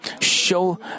show